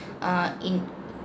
uh in